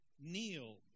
kneel